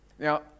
Now